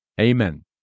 Amen